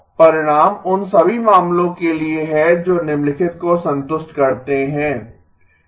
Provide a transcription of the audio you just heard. यह परिणाम उन सभी मामलों के लिए है जो निम्नलिखित को संतुष्ट करते हैं